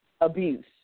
abuse